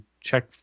check